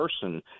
person